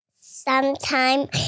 sometime